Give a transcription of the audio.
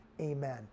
Amen